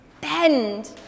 bend